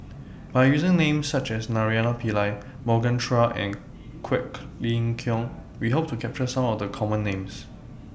By using Names such as Naraina Pillai Morgan Chua and Quek Ling Kiong We Hope to capture Some of The Common Names